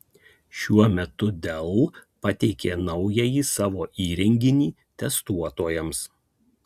šiuo metu dell pateikė naująjį savo įrenginį testuotojams